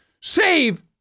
save